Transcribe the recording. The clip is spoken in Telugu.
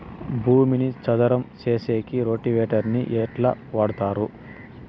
భూమిని చదరం సేసేకి రోటివేటర్ ని ఎట్లా వాడుతారు?